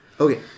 Okay